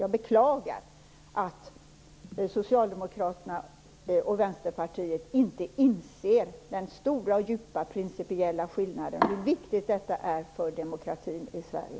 Jag beklagar att Socialdemokraterna och Vänsterpartiet inte inser den stora och djupa principiella skillnaden och hur viktigt detta är för demokratin i Sverige.